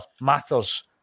matters